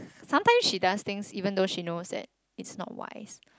sometimes she does things even though she knows that it's not wise